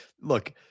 Look